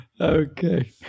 Okay